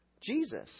Jesus